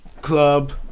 club